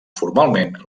formalment